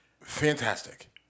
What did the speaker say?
Fantastic